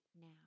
now